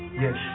Yes